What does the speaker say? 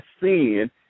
sin